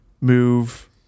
move